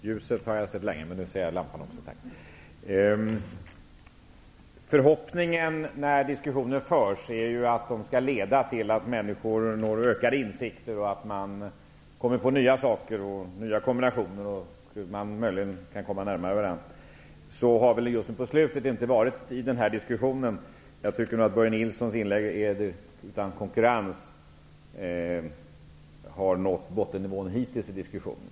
Herr talman! Förhoppningen är att diskussionerna skall leda till att människor når ökade insikter, kommer på nya saker och kombinationer och att de möjligen kan komma närmare varandra. Så har det inte varit mot slutet av denna diskussion. Jag tycker att Börje Nilssons inlägg utan konkurrens har nått bottennivån i diskussionen.